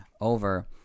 over